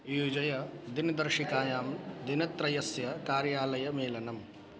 योजय दिनदर्शिकायां दिनत्रयस्य कार्यालयमेलनम्